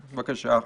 בבקשה,